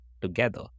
together